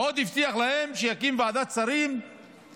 ועוד הוא הבטיח להם שהוא יקים ועדת שרים או